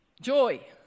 joy